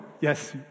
Yes